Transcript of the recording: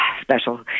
special